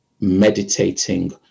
meditating